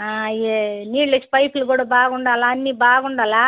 అయ్యి నీళ్ళు వచ్చి పైపులు కూడా బాగుండాలా అన్నీ బాగుండాలా